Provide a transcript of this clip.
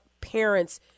parents